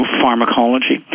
pharmacology